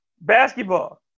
basketball